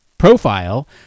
profile